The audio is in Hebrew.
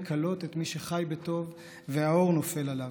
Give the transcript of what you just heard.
כלות את מי שחי בטוב והאור נופל עליו.